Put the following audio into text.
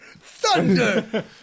thunder